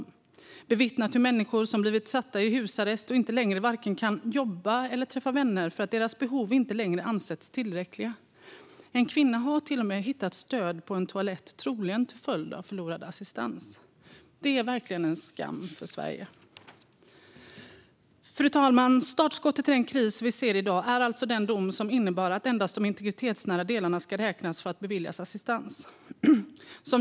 Vi har bevittnat hur människor har blivit satta i husarrest och inte längre kan vare sig jobba eller träffa vänner för att deras behov inte längre har ansetts tillräckliga. En kvinna har till och med hittats död på en toalett, troligen till följd av förlorad assistans. Detta är verkligen en skam för Sverige. Fru talman! Startskottet till den kris som vi ser i dag är alltså den dom som innebar att endast de integritetsnära delarna ska räknas för att beviljas assistans.